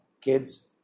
kids